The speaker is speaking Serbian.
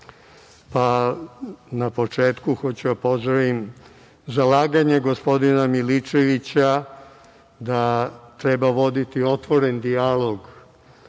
vam. Na početku hoću da pozdravim zalaganje gospodina Milićevića da treba voditi otvoren dijalog